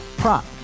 prop